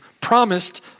promised